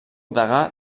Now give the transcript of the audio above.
degà